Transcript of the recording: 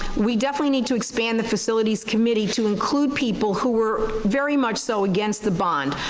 we definitely need to expand the facilities committee to include people who were very much so against the bond,